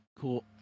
Cool